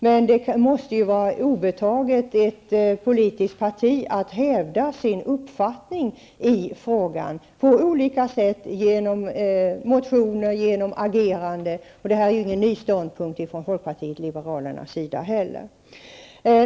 Men det måste ju vara ett politiskt parti obetaget att på olika sätt, t.ex. motionsvägen, hävda sin uppfattning i frågan. Det är inte någon ny ståndpunkt från folkpartiet liberalernas sida.